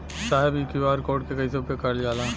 साहब इ QR code के कइसे उपयोग करल जाला?